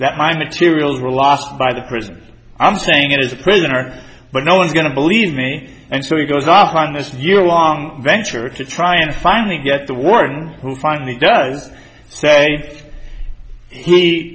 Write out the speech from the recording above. that my materials were lost by the prison i'm saying it is a prisoner but no one's going to believe me and so he goes off on this year long venture to try and finally get the warden who finally does say he